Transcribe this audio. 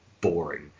boring